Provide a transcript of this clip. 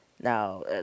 Now